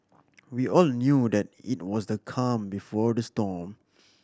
we all knew that it was the calm before the storm